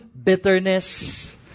bitterness